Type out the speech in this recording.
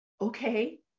Okay